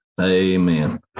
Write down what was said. Amen